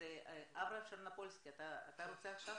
אברהם שרנופולסקי, אתה רוצה עכשיו?